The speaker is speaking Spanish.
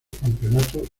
campeonato